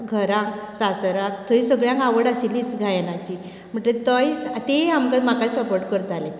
घरांत सासराक थंय सगळ्याक आवड आशिल्लीच गायनाची म्हणटगीर तोयी तेयी आमकां म्हाका सपोर्ट करताले